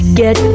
get